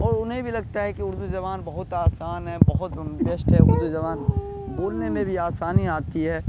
اور انہیں بھی لگتا ہے کہ اردو زبان بہت آسان ہے بہت بیسٹ ہے اردو زبان بولنے میں بھی آسانی آتی ہے